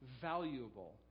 valuable